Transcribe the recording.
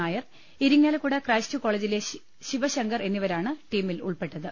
നാ your Irinjalakuda Christ കോളേജിലെ ശിവശങ്കർ എന്നിവരാണ് ടീമിൽ ഉൾപ്പെട്ടത്